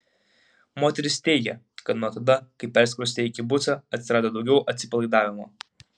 moteris teigė kad nuo tada kai persikraustė į kibucą atsirado daugiau atsipalaidavimo